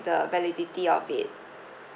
the validity of it